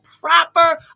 proper